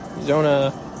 Zona